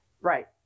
Right